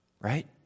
Right